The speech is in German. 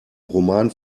roman